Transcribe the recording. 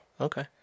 Okay